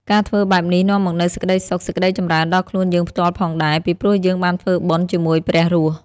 ការធ្វើបែបនេះនាំមកនូវសេចក្តីសុខ សេចក្តីចម្រើនដល់ខ្លួនយើងផ្ទាល់ផងដែរ ពីព្រោះយើងបានធ្វើបុណ្យជាមួយព្រះរស់។